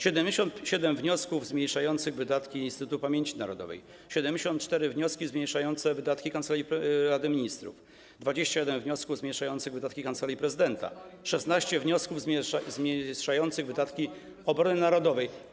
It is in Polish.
77 wniosków zmniejszających wydatki Instytutu Pamięci Narodowej, 74 wnioski zmniejszające wydatki Kancelarii Prezesa Rady Ministrów, 21 wniosków zmniejszających wydatki Kancelarii Prezydenta i 16 wniosków zmniejszających wydatki na obronę narodową.